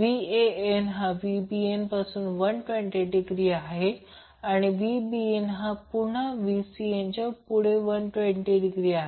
Van हा Vbn पासून 120 degree पुढे आहे आणि Vbn हा पुन्हा Vcn च्या 120 डिग्री पुढे आहे